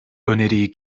öneriyi